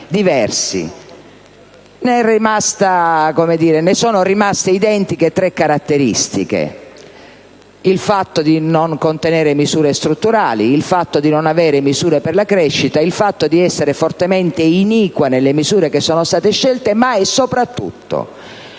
Ne sono rimaste identiche tre caratteristiche: il fatto di non contenere misure strutturali, il fatto di non avere misure per la crescita, il fatto di essere fortemente iniqua nelle misure che sono state scelte. Ma soprattutto